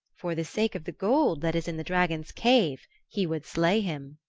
for the sake of the gold that is in the dragon's cave he would slay him,